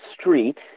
street